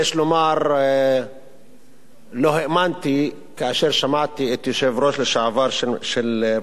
לא האמנתי כאשר שמעתי את היושב-ראש לשעבר של ועדת החינוך,